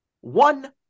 One